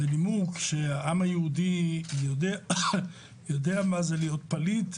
מהנימוק שהעם היהודי יודע מה זה להיות פליט,